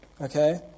Okay